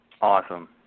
Awesome